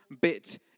bit